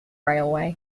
railway